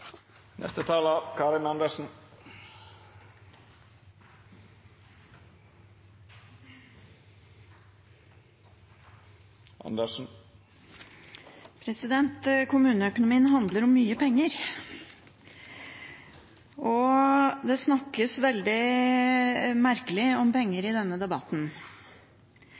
Kommuneøkonomien handler om mye penger. Det snakkes veldig merkelig om penger i denne debatten.